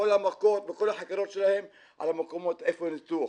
כל החקירות שלהם על המקום איפה הניתוח.